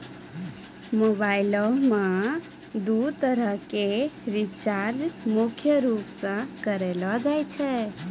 मोबाइलो मे दू तरह के रीचार्ज मुख्य रूपो से करलो जाय छै